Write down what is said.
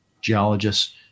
geologists